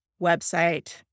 Website